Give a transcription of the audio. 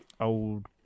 Old